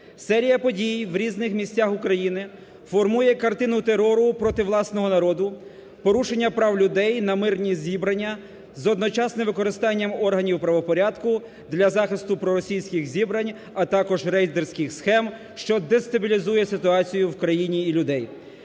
Серія подій в різних місцях України формує картину терору проти власного народу, порушення прав людей на мирні зібрання з одночасним використанням органів правопорядку для захисту проросійських зібрань, а також рейдерських схем, що дестабілізує ситуацію в країні і людей.